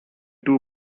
two